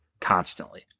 constantly